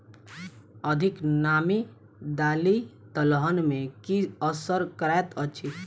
अधिक नामी दालि दलहन मे की असर करैत अछि?